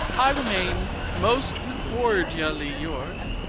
i remain, most cordially yours,